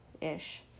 ish